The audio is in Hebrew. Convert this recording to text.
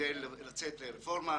כדי לצאת לרפורמה.